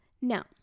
Now